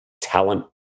talent